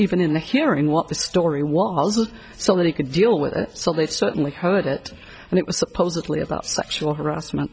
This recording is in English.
even in the hearing what the story was so that he could deal with it so they certainly heard it and it was supposedly about sexual harassment